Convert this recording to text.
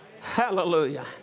Hallelujah